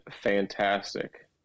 fantastic